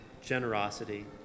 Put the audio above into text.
generosity